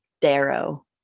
Darrow